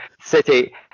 city